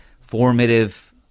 formative